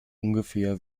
ungefähr